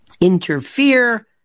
interfere